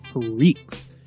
freaks